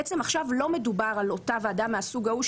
בעצם עכשיו לא מדובר על אותה ועדה מהסוג ההוא,